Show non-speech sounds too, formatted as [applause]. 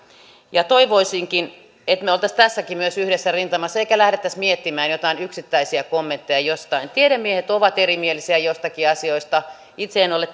ja toivoisinkin että me olisimme myös tässäkin yhdessä rintamassa emmekä lähtisi miettimään jotain yksittäisiä kommentteja jostain tiedemiehet ovat erimielisiä joistakin asioista itse en ole [unintelligible]